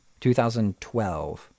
2012